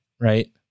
right